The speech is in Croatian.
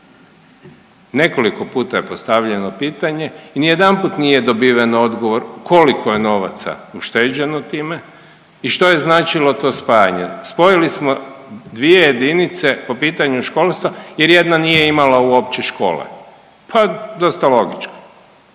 Nekoliko puta je postavljeno pitanje i nijedanput nije dobiven odgovor koliko je novaca ušteđeno time i što je značilo to spajanje. Spojili smo dvije jedinice po pitanju školstva jer jedna nije imala uopće škole, pa dosta logički,